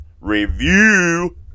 review